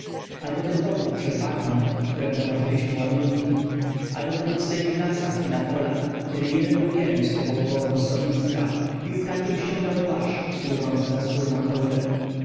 albo ten pochód przez bagno w którem zamoczyliśmy ładunki albo te noclegi w lasach i na polach kiedy jeden drugiemu spychał głowę z tornistra i ukradkiem ściągał płaszcz służący za wspólną kołdrę